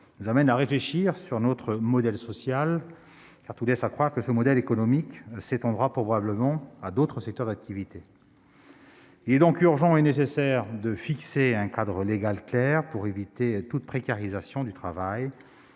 nous amène à réfléchir à notre modèle social, car tout laisse à croire que ce modèle économique s'étendra probablement à d'autres secteurs d'activité. Il est donc nécessaire et urgent de fixer un cadre légal clair pour éviter toute précarisation du travail.